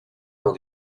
dans